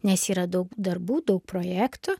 nes yra daug darbų daug projektų